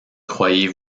croyez